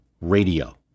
radio